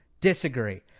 disagree